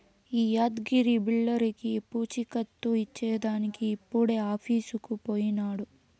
ఈ యాద్గగిరి బిల్డర్లకీ పూచీకత్తు ఇచ్చేదానికి ఇప్పుడే ఆఫీసుకు పోయినాడు